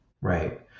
Right